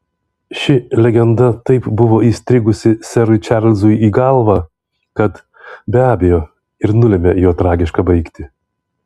ši legenda taip buvo įstrigusi serui čarlzui į galvą kad be abejo ir nulėmė jo tragišką baigtį